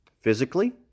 physically